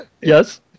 Yes